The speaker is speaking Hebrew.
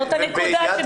זאת הנקודה.